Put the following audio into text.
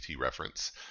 reference